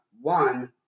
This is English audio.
one